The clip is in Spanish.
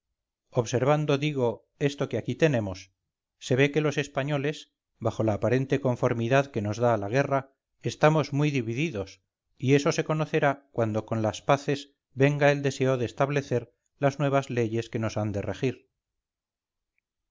observando digo esto que aquí tenemos se ve que los españoles bajo la aparente conformidad que nos da la guerra estamos muy divididos y eso se conocerá cuando con las paces venga el deseo de establecer las nuevas leyes que nos han de regir